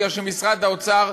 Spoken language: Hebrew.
כי משרד האוצר,